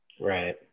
Right